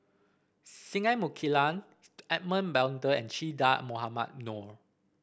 Singai Mukilan Edmund Blundell and Che Dah Mohamed Noor